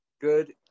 Good